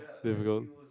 here we go